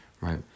right